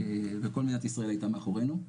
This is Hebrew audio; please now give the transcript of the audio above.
וכל מדינת ישראל הייתה מאחורינו.